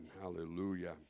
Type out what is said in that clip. hallelujah